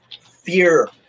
fear